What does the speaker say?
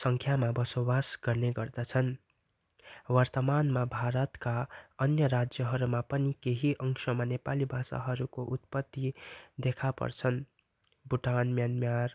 सङ्ख्यामा बसोबास गर्ने गर्दछन् वर्तमानमा भारतका अन्य राज्यहरूमा पनि केही अंशमा नेपाली भाषाहरूको उत्पत्ति देखा पर्छन् भुटान म्यानमार